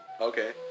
Okay